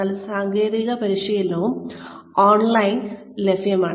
എന്നാൽ സാങ്കേതിക പരിശീലനവും ഓൺലൈനിൽ ലഭ്യമാണ്